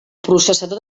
processador